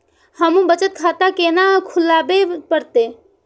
हमू बचत खाता केना खुलाबे परतें?